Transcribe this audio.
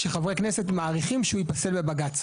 שחברי כנסת מעריכים שהוא ייפסל בבג"ץ.